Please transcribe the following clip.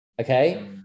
Okay